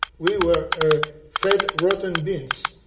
we were fed rotten beans.